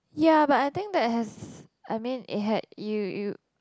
ya but I think that has I mean it had you you